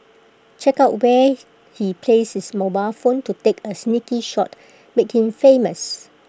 check out where he placed his mobile phone to take A sneaky shot make him famous